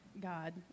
God